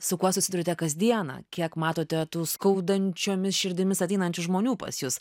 su kuo susiduriate kasdieną kiek matote tų skaudančiomis širdimis ateinančių žmonių pas jus